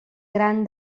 gran